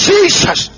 Jesus